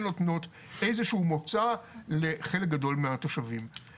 נותנות איזה שהוא מוצא לחלק גדול מהתושבים.